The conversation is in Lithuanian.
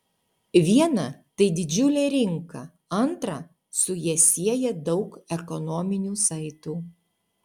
viena tai didžiulė rinka antra su ja sieja daug ekonominių saitų